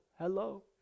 hello